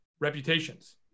reputations